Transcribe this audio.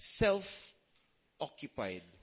self-occupied